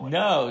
no